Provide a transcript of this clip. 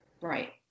Right